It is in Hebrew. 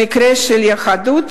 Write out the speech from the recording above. במקרה של היהדות,